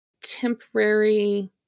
temporary